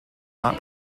not